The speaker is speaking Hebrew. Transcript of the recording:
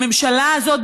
הממשלה הזאת,